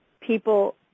people